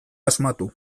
asmatu